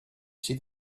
see